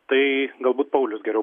tai galbūt paulius geriau